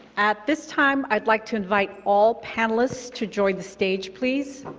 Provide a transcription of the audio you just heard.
at this time, i would like to invite all panelists to join the stage, please,